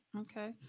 Okay